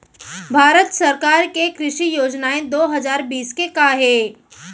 भारत सरकार के कृषि योजनाएं दो हजार बीस के का हे?